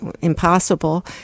impossible